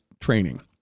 training